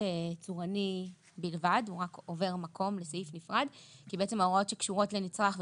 צורני בלבד הוא רק עובר מקום לסעיף נפרד כי ההוראות שקשורות לנצרך,